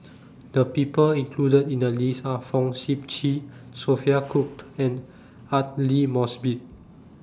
The People included in The list Are Fong Sip Chee Sophia Cooke and Aidli Mosbit